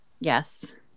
Yes